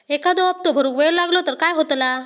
एखादो हप्तो भरुक वेळ लागलो तर काय होतला?